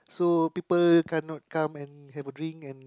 so people cannot come and have a drink and